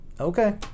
okay